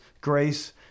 grace